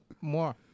more